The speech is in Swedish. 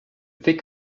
fick